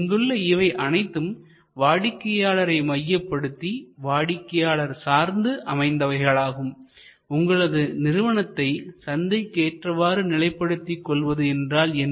இங்குள்ள இவை அனைத்தும் வாடிக்கையாளரை மையப்படுத்தி வாடிக்கையாளர் சார்ந்து அமைந்தவையாகும் உங்களது நிறுவனத்தை சந்தைக்கு ஏற்றவாறு நிலைப்படுத்திக் கொள்வது என்றால் என்ன